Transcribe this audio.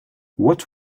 what